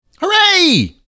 Hooray